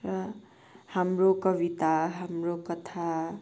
र हाम्रो कविता हाम्रो कथा